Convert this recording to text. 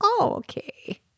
Okay